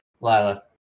Lila